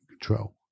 control